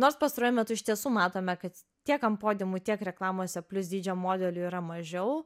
nors pastaruoju metu iš tiesų matome kad tiek ant podiumų tiek reklamose plius dydžio modelių yra mažiau